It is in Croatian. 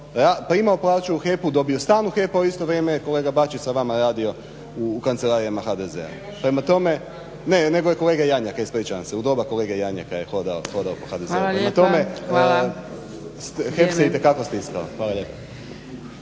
primao plaću u HEP-u, dobio stan u HEP-u, a u isto vrijeme je kolega Bačić sa vama radio u kancelarijama HDZ-a. Prema tome, ne nego je kolega Jarnjak, ispričavam se. U doba kolege Jarnjaka je hodao po HDZ-u. Prema tome, HEP se itekako stiskao. Hvala lijepo.